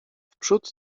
wprzód